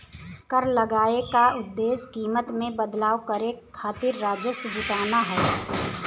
कर लगाये क उद्देश्य कीमत में बदलाव करे खातिर राजस्व जुटाना हौ